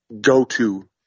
go-to